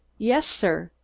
yes, sir.